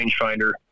rangefinder